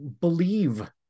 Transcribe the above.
believe